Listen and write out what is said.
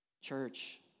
Church